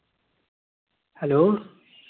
hello